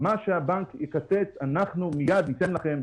מה שהבנק יקצץ אנחנו מיד ניתן לכם.